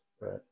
right